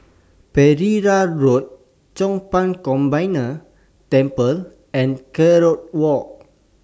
Pereira Road Chong Pang Combined Temple and Kerong Walk